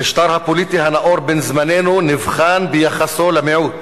המשטר הפוליטי הנאור בן-זמננו נבחן ביחסו למיעוט,